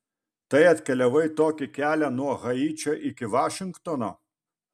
tai atkeliavai tokį kelią nuo haičio iki vašingtono